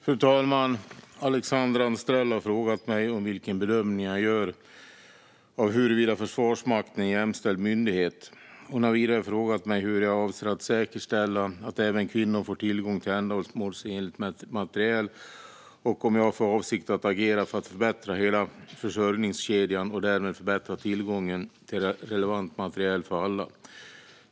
Fru talman! Alexandra Anstrell har frågat mig om vilken bedömning jag gör av huruvida Försvarsmakten är en jämställd myndighet. Hon har vidare frågat mig hur jag avser att säkerställa att även kvinnor får tillgång till ändamålsenlig materiel och om jag har för avsikt att agera för att förbättra hela försörjningskedjan och därmed förbättra tillgången till relevant materiel för alla.